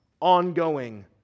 ongoing